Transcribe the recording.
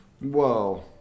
Whoa